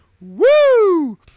Woo